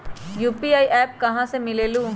UPI app कहा से मिलेलु?